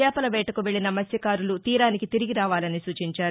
చేపల వేటకు వెల్లిన మత్స్వకారులు తీరానికి తిరిగి రావాలని సూచించారు